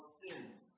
sins